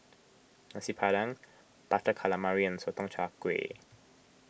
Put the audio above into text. Nasi Padang Butter Calamari and Sotong Char Kway